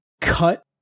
cut